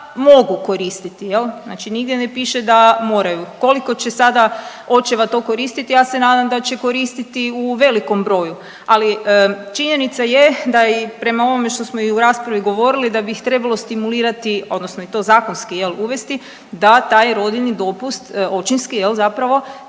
mogu koristiti, je l', znači nigdje ne piše da moraju. Koliko će sada očeva to koristiti, ja se nadam da će koristiti u velikom broju, ali činjenica je da je i u prema ovom što smo i u raspravi govorili, da bi ih trebalo stimulirati, odnosno i to zakonski, je l', uvesti da taj rodiljni dopust, očinski, je l' zapravo,